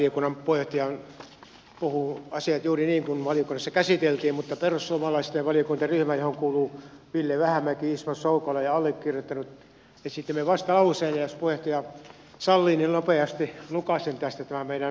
valtiovarainvaliokunnan puheenjohtaja puhuu asiat juuri niin kuin valiokunnassa käsiteltiin mutta perussuomalaisten valiokuntaryhmä johon kuuluvat ville vähämäki ismo soukola ja allekirjoittanut esitti vastalauseen ja jos puheenjohtaja sallii niin nopeasti lukaisen tästä tämän meidän vastalauseemme